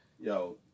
Yo